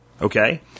Okay